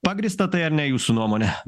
pagrįsta tai ar ne jūsų nuomone